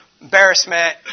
embarrassment